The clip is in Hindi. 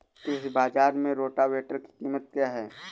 कृषि बाजार में रोटावेटर की कीमत क्या है?